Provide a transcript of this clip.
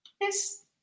Yes